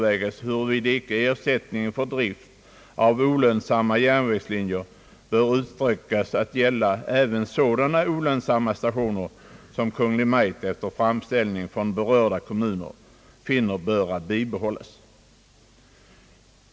vägas huruvida inte ersättningen för drift av olönsamma järnvägslinjer bör utsträckas att gälla även sådana olönsamma stationer som Kungl. Maj:t efter framställning från berörda kommuner finner böra bibehållas.